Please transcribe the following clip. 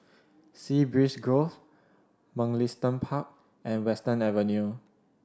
Sea Breeze Grove Mugliston Park and Western Avenue